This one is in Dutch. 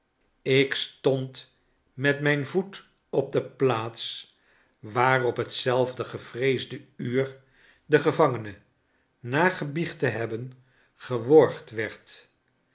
ik stond met mijn voet op de plaats waar op hetzelfde gevreesde uur de gevangene na gebiecht te hebben geworgd werd